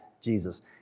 Jesus